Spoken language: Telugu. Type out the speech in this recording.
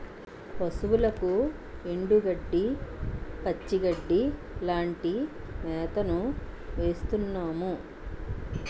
పశువులకు ఎండుగడ్డి, పచ్చిగడ్డీ లాంటి మేతను వేస్తున్నాము